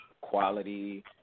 quality